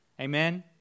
Amen